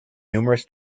numerous